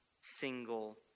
single